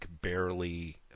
barely